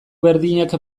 berdinak